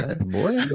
Boy